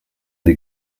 des